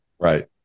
Right